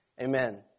Amen